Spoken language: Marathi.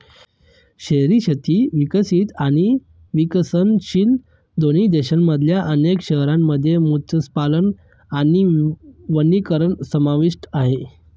शहरी शेती विकसित आणि विकसनशील दोन्ही देशांमधल्या अनेक शहरांमध्ये मत्स्यपालन आणि वनीकरण समाविष्ट आहे